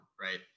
right